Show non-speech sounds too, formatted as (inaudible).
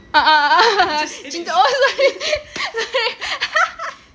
a'ah (laughs) oh sorry (laughs)